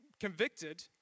convicted